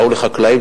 באו לחקלאים,